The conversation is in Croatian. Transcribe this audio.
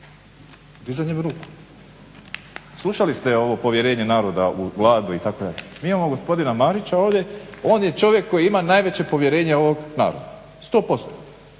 dizanjem ruku. Slušali ste ovo povjerenje naroda u Vladu itd. Mi imamo gospodina Marića ovdje, on je čovjek koji ima najveće povjerenje ovog naroda, 100%.